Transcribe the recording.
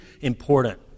important